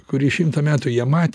kuri šimtą metų jie mat